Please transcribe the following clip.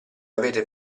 avete